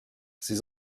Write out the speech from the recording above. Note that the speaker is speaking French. ses